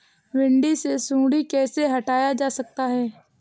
भिंडी से सुंडी कैसे हटाया जा सकता है?